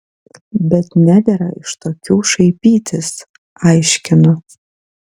bet nedera iš tokių šaipytis aiškinu